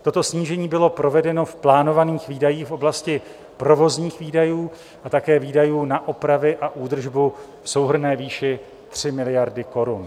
Toto snížení bylo provedeno v plánovaných výdajích v oblasti provozních výdajů a také výdajů na opravy a údržbu v souhrnné výši 3 miliardy korun.